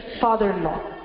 father-in-law